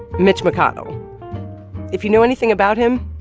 mitch mcconnell if you know anything about him,